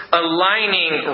aligning